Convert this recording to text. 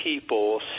people